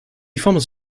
forms